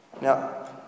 Now